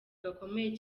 gakomeye